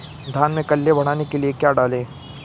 धान में कल्ले बढ़ाने के लिए क्या डालें?